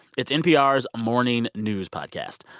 it's npr's morning news podcast.